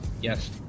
Yes